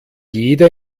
jeder